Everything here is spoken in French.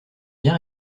bien